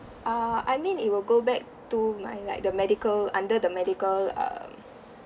err I mean it will go back to my like the medical under the medical um